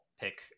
pick